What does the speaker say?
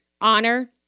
honor